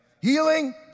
Healing